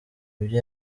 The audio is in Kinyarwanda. ibyo